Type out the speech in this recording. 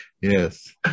Yes